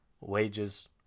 Wages